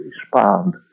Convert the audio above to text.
respond